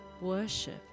worship